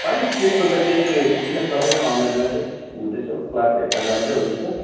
होइन त्यस्तो त केही उयो छैन सबै समयमा नै हुँदैछ क्लासहरू त राम्रै हुँदैछ